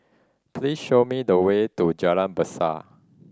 please show me the way to Jalan Besar